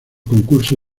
concurso